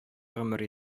гомер